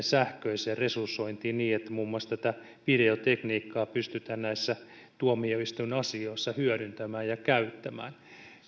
sähköiseen resursointiin niin että muun muassa tätä videotekniikkaa pystytään näissä tuomioistuinasioissa hyödyntämään ja käyttämään